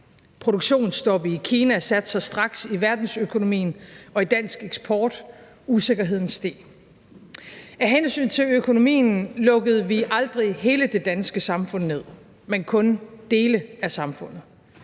Produktionsstoppet i Kina satte sig straks i verdensøkonomien og i dansk eksport, usikkerheden steg. Af hensyn til økonomien lukkede vi aldrig hele det danske samfund ned, men kunne dele af samfundet.